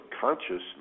consciousness